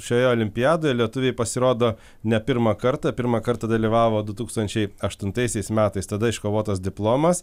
šioje olimpiadoje lietuviai pasirodo ne pirmą kartą pirmą kartą dalyvavo du tūkstančiai aštuntaisiais metais tada iškovotas diplomas